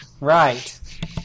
Right